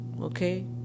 Okay